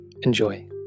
Enjoy